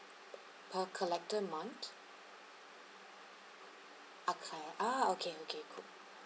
per collector month achieve ah okay okay cool